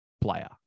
player